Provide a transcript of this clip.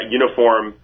uniform